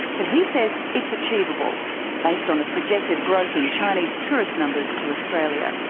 but he says it's achievable based on the projected growth in chinese tourist numbers to australia.